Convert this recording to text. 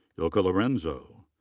ilka lorenzo.